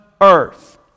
earth